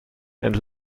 and